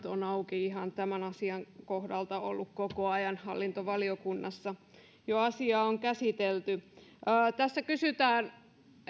on ihan silmät auki tämän asian kohdalta oltu koko ajan hallintovaliokunnassa asiaa on jo käsitelty täällä kysytään